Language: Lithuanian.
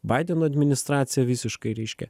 baideno administraciją visiškai reiškia